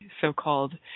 so-called